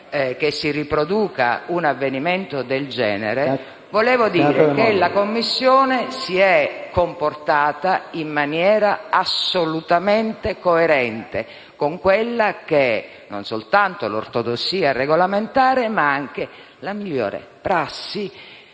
che si riproduca un avvenimento del genere, ritengo che la Commissione si sia comportata in maniera assolutamente coerente con quella che è non soltanto l'ortodossia regolamentare, ma anche la migliore prassi